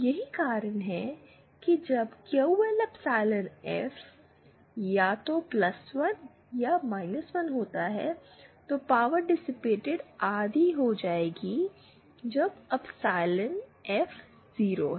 यही कारण है कि जब क्यू एल एप्सिलॉन एफ या तो 1 या 1 होता है तो पावर डिसिपेटेड आधी हो जाएगी जब एप्सिलॉन एफ 0 है